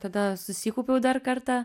tada susikaupiau dar kartą